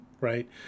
right